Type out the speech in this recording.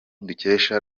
dukesha